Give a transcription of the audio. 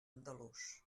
andalús